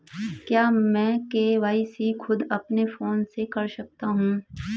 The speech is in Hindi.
क्या मैं के.वाई.सी खुद अपने फोन से कर सकता हूँ?